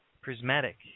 Prismatic